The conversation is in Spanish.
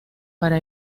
para